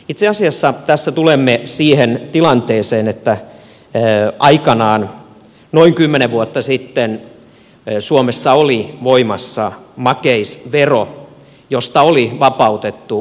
itse asiassa tässä tulemme siihen tilanteeseen että aikanaan noin kymmenen vuotta sitten suomessa oli voimassa makeisvero josta oli vapautettu ksylitoli